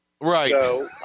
Right